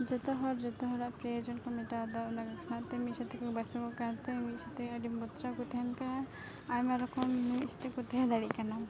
ᱡᱚᱛᱚ ᱦᱚᱲ ᱡᱚᱛᱚ ᱦᱚᱲᱟᱜ ᱯᱨᱳᱭᱳᱡᱚᱱᱠᱚ ᱢᱮᱴᱟᱣ ᱮᱫᱟ ᱚᱱᱟ ᱵᱟᱠᱷᱨᱟᱛᱮ ᱢᱤᱫ ᱥᱟᱶᱛᱮᱠᱚ ᱵᱟᱥᱚᱜᱚᱜ ᱠᱟᱱᱛᱮ ᱢᱤᱫᱥᱟᱛᱮᱡ ᱟᱹᱰᱤ ᱢᱚᱡᱟᱠᱚ ᱛᱮᱦᱮᱱ ᱠᱟᱱᱟ ᱟᱭᱢᱟ ᱨᱚᱠᱚᱢ ᱢᱤᱫ ᱥᱟᱛᱮᱡᱠᱚ ᱛᱮᱦᱮᱸ ᱫᱟᱲᱮᱜ ᱠᱟᱱᱟ